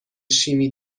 شیمی